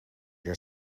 your